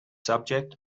subject